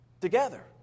together